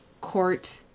court